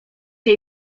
się